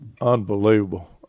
Unbelievable